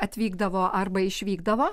atvykdavo arba išvykdavo